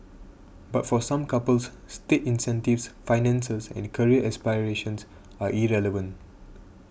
but for some couples state incentives finances and career aspirations are irrelevant